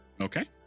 Okay